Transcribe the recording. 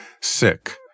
Sick